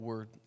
word